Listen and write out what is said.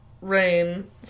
Rain